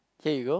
here you go